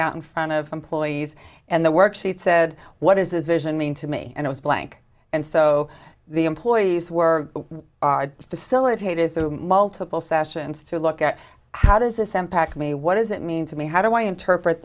out in front of employees and the work sheet said what is this vision mean to me and i was blank and so the employees were facilitated through multiple sessions to look at how does this impact me what does it mean to me how do i interpret